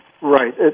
Right